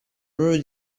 proprio